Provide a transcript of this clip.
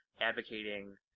advocating